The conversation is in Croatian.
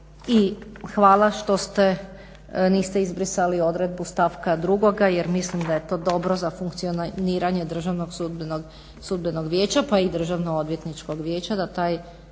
i hvala što ste, niste izbrisali odredbu stavka 2. jer mislim da je to dobro za funkcioniranje Državnog sudbenog vijeća, pa i Državno odvjetničkog vijeća